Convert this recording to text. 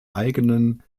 eigenen